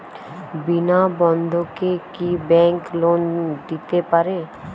বিনা বন্ধকে কি bank loan দিতে পারে?